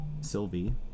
Sylvie